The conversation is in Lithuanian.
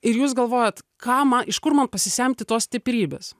ir jūs galvojat ką ma iš kur man pasisemti tos stiprybės